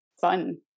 fun